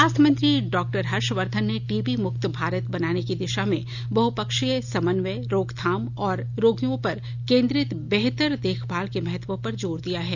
स्वास्थ्य मंत्री डॉ हर्षवर्धन ने टीबी मुक्त भारत बनाने की दिशा में बहुपक्षीय समन्वय रोकथाम और रोगियों पर केंद्रित बेहतर देखभाल के महत्व पर जोर दिया है